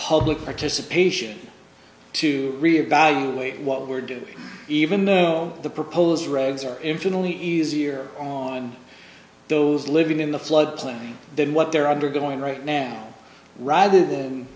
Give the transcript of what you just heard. public participation to really evaluate what we're doing even though the proposed regs are infinitely easier on those living in the floodplain than what they're undergoing right now rather than